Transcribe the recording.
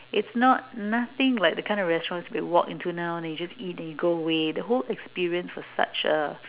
it's not nothing like the kind of restaurants we walked into now you just eat and go away the whole experience was such a